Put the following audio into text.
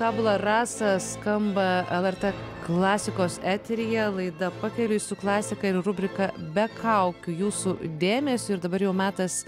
tabula rasa skamba lrt klasikos eteryje laida pakeliui su klasika ir rubrika be kaukių jūsų dėmesiui ir dabar jau metas